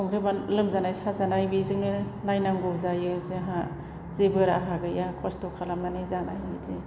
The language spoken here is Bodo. लोमजानाय साजानाय बेजोंनो नायनांगौ जायो जोंहा जेबो राहा गैया खस्थ' खालामनानै जानायनि दिन